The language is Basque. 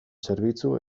zerbitzu